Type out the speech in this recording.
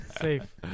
safe